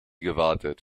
gewartet